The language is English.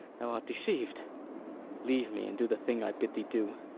thou art deceiv'd leave me, and do the thing i bid thee do.